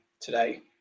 today